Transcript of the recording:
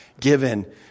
given